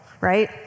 right